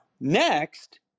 next